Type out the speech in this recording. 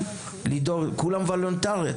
כולם וולונטריים: